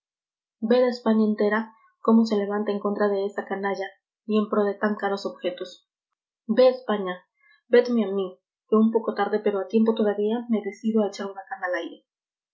ved a españa entera cómo se levanta en contra de esa canalla y en pro de tan caros objetos ved a españa vedme a mí que un poco tarde pero a tiempo todavía me decido a echar una cana al aire